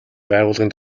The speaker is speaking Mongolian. байгууллагын